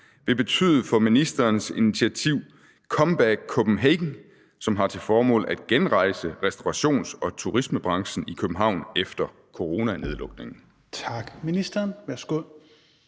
vil betyde for ministerens initiativ »Comeback Copenhagen«, som har til formål at genrejse restaurations- og turismebranchen i København efter coronanedlukningen? Tredje næstformand